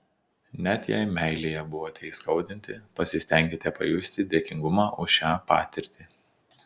net jei meilėje buvote įskaudinti pasistenkite pajusti dėkingumą už šią patirtį